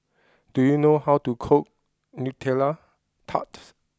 do you know how to cook Nutella Tart